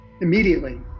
immediately